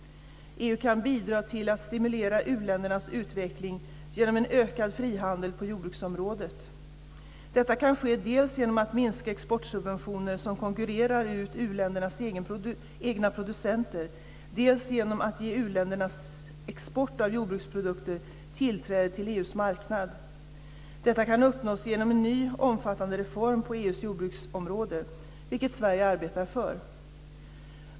EU kan bidra till att stimulera u-ländernas utveckling genom en ökad frihandel på jordbruksområdet. Detta kan ske dels genom att minska exportsubventioner som konkurrerar ut u-ländernas egna producenter, dels genom att ge u-ländernas export av jordbruksprodukter tillträde till EU:s marknad. Detta kan uppnås genom en ny omfattande reform på EU:s jordbruksområde, vilket Sverige arbetar för.